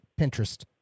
Pinterest